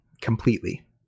completely